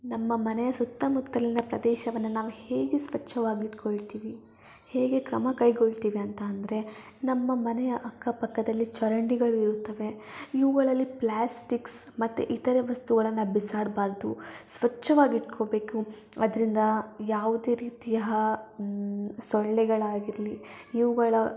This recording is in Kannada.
ನಮ್ಮ ಮನೆಯ ಸುತ್ತಮುತ್ತಲಿನ ಪ್ರದೇಶವನ್ನು ನಾವು ಹೇಗೆ ಸ್ವಚ್ಛವಾಗಿಟ್ಕೊಳ್ತೀವಿ ಹೇಗೆ ಕ್ರಮ ಕೈಗೊಳ್ತೀವಿ ಅಂತ ಅಂದರೆ ನಮ್ಮ ಮನೆಯ ಅಕ್ಕಪಕ್ಕದಲ್ಲಿ ಚರಂಡಿಗಳು ಇರುತ್ತವೆ ಇವುಗಳಲ್ಲಿ ಪ್ಲಾಸ್ಟಿಕ್ಸ್ ಮತ್ತು ಇತರೆ ವಸ್ತುಗಳನ್ನು ಬಿಸಾಡಬಾರ್ದು ಸ್ವಚ್ಛವಾಗಿಟ್ಕೋಬೇಕು ಅದರಿಂದ ಯಾವುದೇ ರೀತಿಯ ಸೊಳ್ಳೆಗಳಾಗಿರಲಿ ಇವುಗಳ